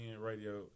radio